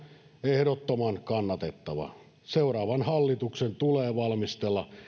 ehdottoman kannatettava seuraavan hallituksen tulee valmistella